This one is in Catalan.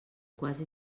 quasi